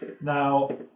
Now